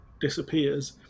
disappears